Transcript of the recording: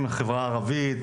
חברה ערבית,